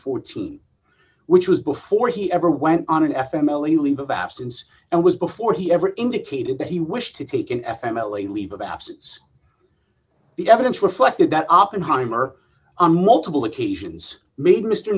fourteen which was before he ever went on an f m illegally of absence and was before he ever indicated that he wished to take in f m l a leave of absence the evidence reflected that oppenheimer on multiple occasions made